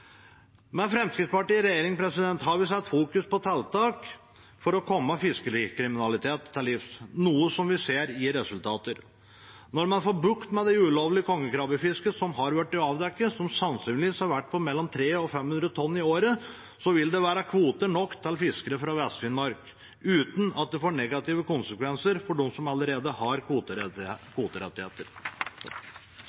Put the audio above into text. Med Fremskrittspartiet i regjering har vi fokusert på tiltak for å komme fiskerikriminalitet til livs, noe som vi ser gir resultater. Når man får bukt med det ulovlige kongekrabbefisket som har blitt avdekket, som sannsynligvis har vært på mellom 300 og 500 tonn i året, vil det være kvoter nok til fiskere fra Vest-Finnmark uten at det får negative konsekvenser for dem som allerede har